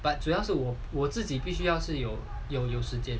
but 主要是我我自己必须要是有有有时间